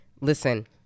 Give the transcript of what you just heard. listen